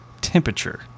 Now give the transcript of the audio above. temperature